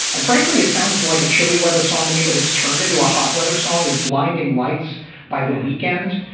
and frankly, it sounds like a chilly weather song to me, but it's turned into a hot weather song as blinding lights by the weekend.